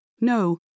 No